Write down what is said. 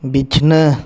ᱵᱤᱪᱷᱱᱟᱹ